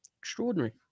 extraordinary